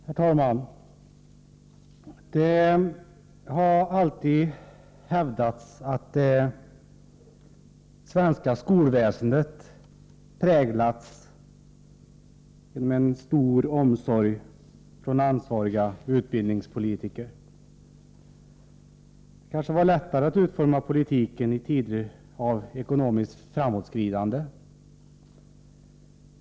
Herr talman! Det har alltid hävdats att det svenska skolväsendet har präglats av stor omsorg från ansvariga utbildningspolitiker. Det kanske var lättare att utforma politiken i tider av ekonomiskt framåtskridande.